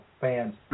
fans